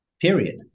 period